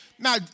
Now